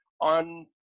on